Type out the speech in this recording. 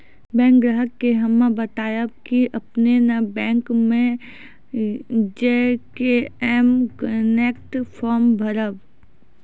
bank ग्राहक के हम्मे बतायब की आपने ने बैंक मे जय के एम कनेक्ट फॉर्म भरबऽ